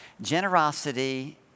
Generosity